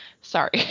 Sorry